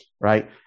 right